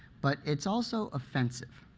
but it's also offensive.